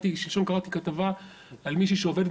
שלשום גם קראתי כתבה על מישהי שעובדת